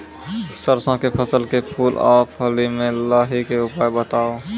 सरसों के फसल के फूल आ फली मे लाहीक के उपाय बताऊ?